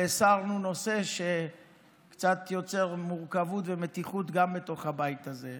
והסרנו נושא שקצת יוצר מורכבות ומתיחות גם בתוך הבית הזה.